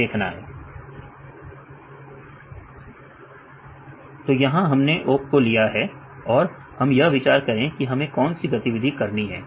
तो यहां हमने ओक को लिया है और हम यह विचार करें कि हमें कौन सी गतिविधि करनी है